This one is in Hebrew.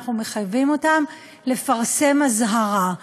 לפרסם אזהרה,